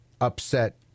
upset